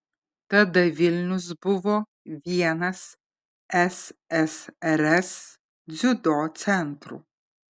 tada vilnius buvo vienas ssrs dziudo centrų